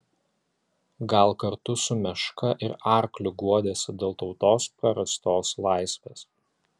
gal kartu su meška ir arkliu guodėsi dėl tautos prarastos laisvės